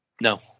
No